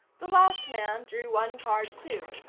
the last man drew one card, too,